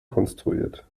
konstruiert